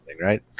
right